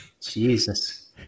Jesus